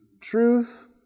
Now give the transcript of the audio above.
truth